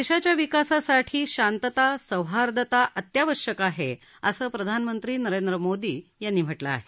देशाच्या विकासासाठी शांतता सौहार्दता अत्यावशक आहे असं प्रधानमंत्री नरेंद्र मोदी यांनी म्हाक्रिं आहे